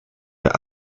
der